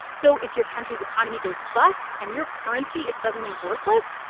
so if your country's economy goes bust and your currency is suddenly worthless,